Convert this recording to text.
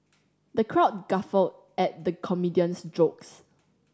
the crowd guffawed at the comedian's jokes